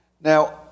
Now